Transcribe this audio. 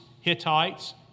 Hittites